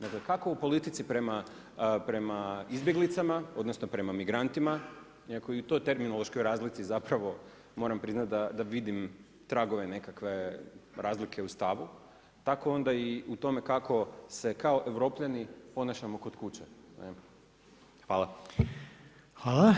Dakle kako u politici prema izbjeglicama odnosno prema migrantima, iako i to u terminološkoj razlici moram priznati da vidim tragove nekakve razlike u stavu, tako onda i u tome kako se kao Europljani ponašamo kod kuće.